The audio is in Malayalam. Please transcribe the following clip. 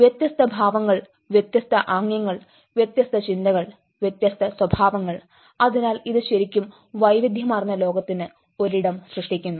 വ്യത്യസ്ത ഭവങ്ങൾ വ്യത്യസ്ത ആംഗ്യങ്ങൾ വ്യത്യസ്ത ചിന്തകൾ വ്യത്യസ്ത സ്വഭാവങ്ങൾ അതിനാൽ ഇത് ശരിക്കും വൈവിധ്യമാർന്ന ലോകത്തിന് ഒരിടം സൃഷ്ടിക്കുന്നു